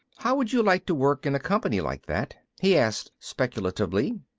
how would you like to work in a company like that? he asked speculatively.